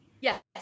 Yes